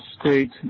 State